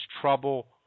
trouble